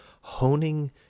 honing